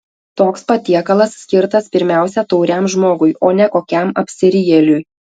toks patiekalas skirtas pirmiausia tauriam žmogui o ne kokiam apsirijėliui